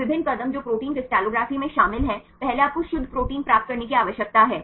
तो विभिन्न कदम जो प्रोटीन क्रिस्टलोग्राफी में शामिल हैं पहले आपको शुद्ध प्रोटीन प्राप्त करने की आवश्यकता है